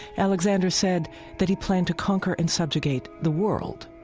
alexander said that he planned to conquer and subjugate the world.